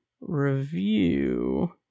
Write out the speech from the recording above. review